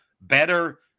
better